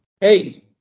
Hey